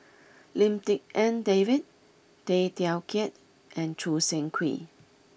Lim Tik En David Tay Teow Kiat and Choo Seng Quee